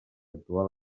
actual